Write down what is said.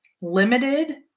limited